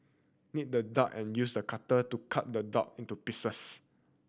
knead the dough and use a cutter to cut the dough into pieces